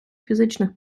фізичних